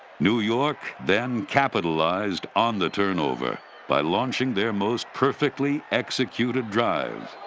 new york then capitalized on the turnover by launching their most perfectly executed drive.